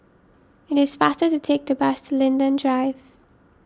it is faster to take the bus to Linden Drive